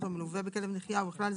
מלמד את הכלב את ההתנהגויות